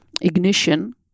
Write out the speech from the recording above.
ignition